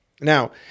Now